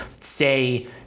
say